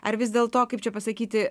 ar vis dėlto kaip čia pasakyti